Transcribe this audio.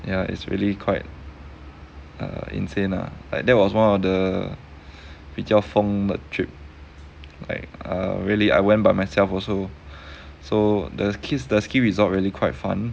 ya it's really quite err insane lah like that was one of the 比较疯的 trip like err really I went by myself also so the kids the ski resort really quite fun